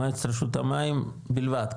מועצת רשות המים בלבד?